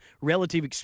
relative